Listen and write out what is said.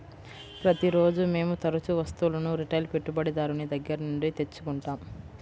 ప్రతిరోజూ మేము తరుచూ వస్తువులను రిటైల్ పెట్టుబడిదారుని దగ్గర నుండి తెచ్చుకుంటాం